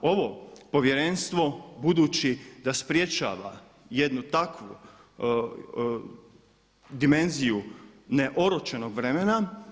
Ovo povjerenstvo budući da sprječava jednu takvu dimenziju ne oročenog vremena.